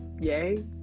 Yay